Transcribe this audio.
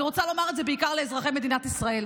ואני רוצה לומר את זה בעיקר לאזרחי מדינת ישראל.